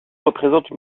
représente